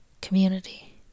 community